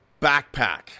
backpack